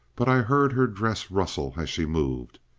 but i heard her dress rustle as she moved.